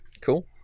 cool